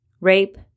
rape